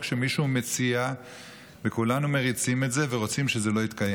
שמישהו מציע וכולנו מריצים את זה ורוצים שזה לא יתקיים,